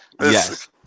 Yes